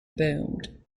boomed